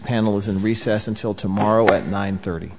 panel is in recess until tomorrow at nine thirty